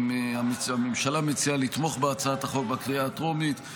הממשלה מציעה לתמוך בהצעת החוק בקריאה הטרומית.